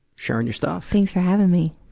sharing your stuff. thanks for having me.